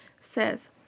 says